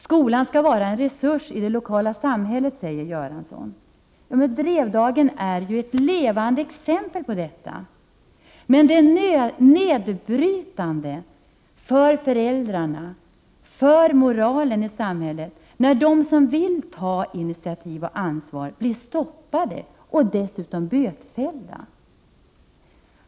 Skolan skall vara en resurs i det lokala samhället, säger statsrådet Göransson. Men Drevdagen är ju ett levande exempel på detta. Det är nedbrytande för föräldrarna, för moralen i samhället när de som vill ta initiativ och ansvar blir stoppade och dessutom bötfällda.